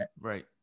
Right